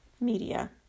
media